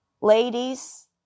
Ladies